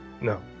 No